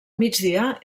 migdia